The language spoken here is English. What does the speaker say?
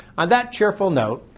on that cheerful note,